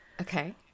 Okay